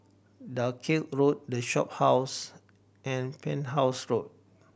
Dalkeith Road The Shophouse and Penhas Road